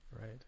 Right